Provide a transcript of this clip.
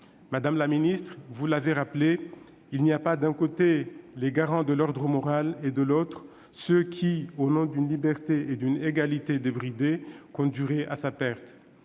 Madame la ministre, vous l'avez rappelé, il n'y a pas, d'un côté, les garants de l'ordre moral et, de l'autre, ceux qui, au nom d'une liberté et d'une égalité débridées, conduiraient à sa perte.